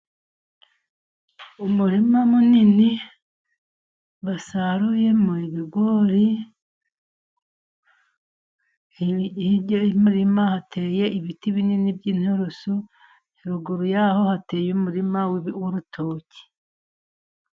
Umurima munini basaruye mo ibigori, hirya y'umurima hateye ibiti binini by'inturusu, ruguru ya ho hateye umurima w'urutoki.